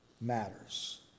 matters